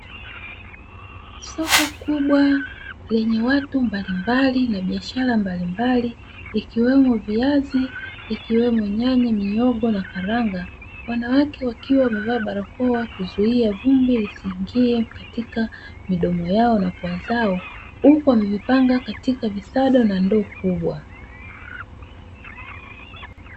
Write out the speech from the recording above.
Soko kubwa lenye watu mbalimbali na biashara mbalimbali ikiwemo viazi, ikiwemo nyanya, mihogo na karanga. Wanawake wakiwa wamevaa barakoa kuzuia vumbi lisiingie katika midomo yao na pua zao huku wamevipanga katika visado na ndoo kubwa.